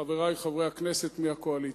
חברי חברי הכנסת מהקואליציה.